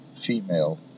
female